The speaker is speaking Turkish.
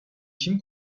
kim